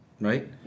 right